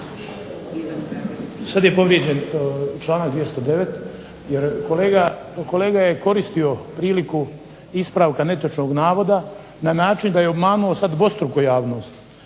Sad je povrijeđen članak 209. jer kolega je koristio priliku ispravka netočnog navoda na način da je obmanuo sad dvostruko javnost.